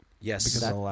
Yes